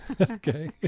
Okay